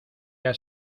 has